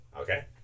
Okay